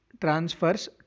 transfers